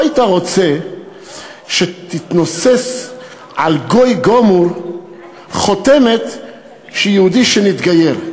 לא היית רוצה שתתנוסס על גוי גמור חותמת של יהודי שהתגייר.